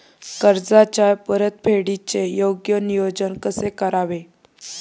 कर्जाच्या परतफेडीचे योग्य नियोजन कसे करावे?